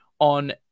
on